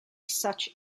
such